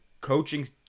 coaching